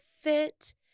fit